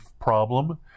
problem